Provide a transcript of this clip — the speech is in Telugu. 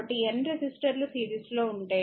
కాబట్టిN రెసిస్టర్లు సిరీస్లో ఉంటే R eq R1 R2